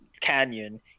Canyon